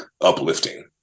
uplifting